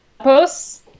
posts